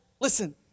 Listen